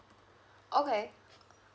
okay